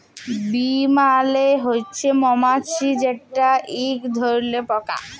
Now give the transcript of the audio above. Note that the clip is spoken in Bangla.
বী মালে হছে মমাছি যেট ইক ধরলের পকা